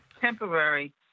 temporary